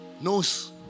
knows